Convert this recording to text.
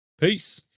Peace